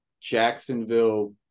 Jacksonville